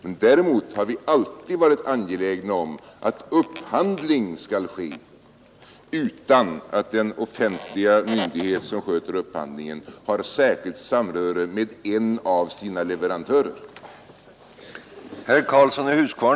Men däremot har vi alltid varit angelägna om att upphandling skall ske utan att den offentliga myndighet som sköter upphandlingen har särskilt samröre med en av sina leverantörer.